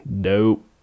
Dope